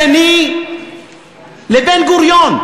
שני לבן-גוריון.